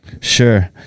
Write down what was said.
sure